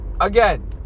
Again